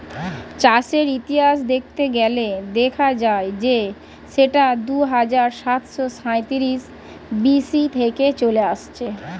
চায়ের ইতিহাস দেখতে গেলে দেখা যায় যে সেটা দুহাজার সাতশো সাঁইত্রিশ বি.সি থেকে চলে আসছে